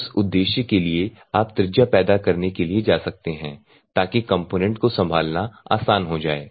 उस उद्देश्य के लिए आप त्रिज्या पैदा करने के लिए जा सकते हैं ताकि कंपोनेंट को संभालना आसान हो जाए